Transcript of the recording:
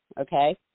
okay